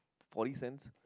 forty cents